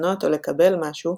לשנות או לקבל משהו,